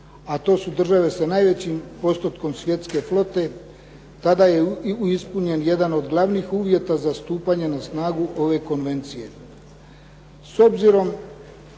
a to su države sa najvećim postotkom svjetske flote tada je ispunjen jedan od glavnih uvjeta za stupanje na snagu ove konvencije.